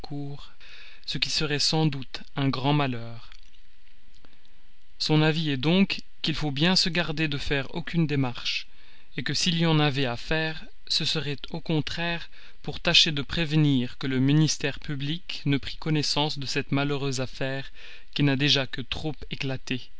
ce qui serait sans doute un grand malheur son avis est donc qu'il faut bien se garder de faire aucune démarche que s'il y en avait à faire ce serait au contraire pour tâcher de prévenir que le ministère public ne prît connaissance de cette malheureuse aventure qui n'a déjà que trop éclaté